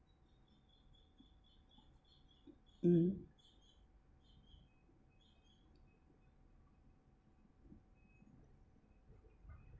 mm